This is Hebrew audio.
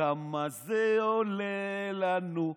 "כמה זה עולה לנו,